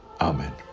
Amen